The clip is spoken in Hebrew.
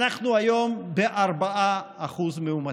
אנחנו היום ב-4% מאומתים.